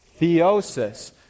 Theosis